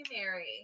Mary